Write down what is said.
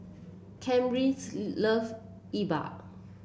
Camryn love Yi Bua